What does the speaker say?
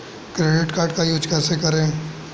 Credit card का use कैसे करें?